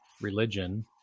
religion